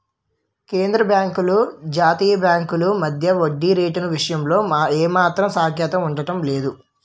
కేంద్రబాంకులు జాతీయ బాంకుల మధ్య వడ్డీ రేటు విషయంలో ఏమాత్రం సఖ్యత ఉండడం లేదు చూడు